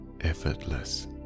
effortless